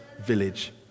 village